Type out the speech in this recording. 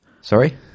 Sorry